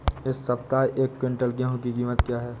इस सप्ताह एक क्विंटल गेहूँ की कीमत क्या है?